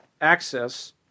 access